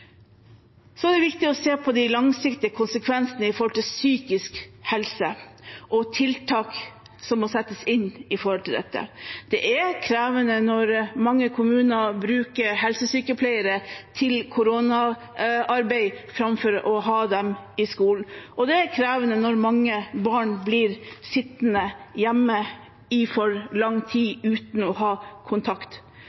Så er det viktig å se på de langsiktige konsekvensene som gjelder psykisk helse og tiltak som må settes inn med tanke på dette. Det er krevende når mange kommuner bruker helsesykepleiere til koronaarbeid framfor å ha dem i skolen, og det er krevende når mange barn blir sittende hjemme i for lang tid